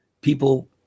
people